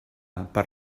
per